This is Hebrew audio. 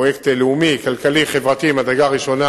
פרויקט לאומי-כלכלי-חברתי ממדרגה ראשונה